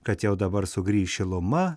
kad jau dabar sugrįš šiluma